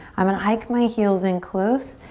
i'm gonna hike my heels in close.